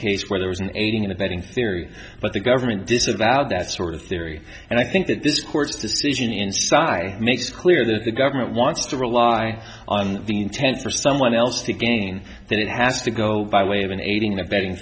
case where there was an aging and abetting theory but the government disavowed that sort of theory and i think that this court's decision inside makes clear that the government wants to rely on the intent for someone else again that it has to go by way of an aiding and abetting